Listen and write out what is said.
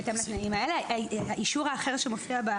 האישור האחר שמופיע,